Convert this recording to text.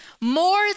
More